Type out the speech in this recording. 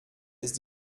ist